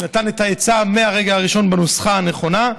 שנתן את העצה מהרגע הראשון בנוסחה הנכונה,